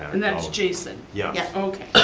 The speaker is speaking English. and that's jason? yeah yes. okay.